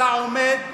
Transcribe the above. אתה עומד,